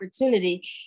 opportunity